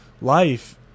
life